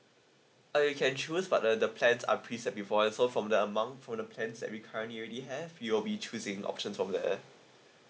uh you can choose but uh the plans are preset beforehand so from the amount for the plans that we currently already have you will be choosing option from there